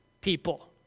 people